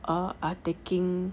uh are taking